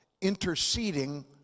interceding